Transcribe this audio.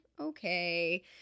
okay